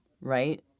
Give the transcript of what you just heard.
Right